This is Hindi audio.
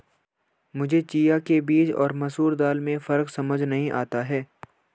मुझे चिया के बीज और मसूर दाल में फ़र्क समझ नही आता है